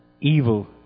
evil